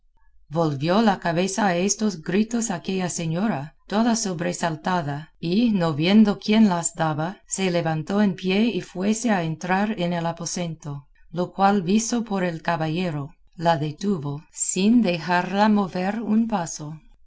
volvió la cabeza a estos gritos aquella señora toda sobresaltada y no viendo quién las daba se levantó en pie y fuese a entrar en el aposento lo cual visto por el caballero la detuvo sin dejarla mover un paso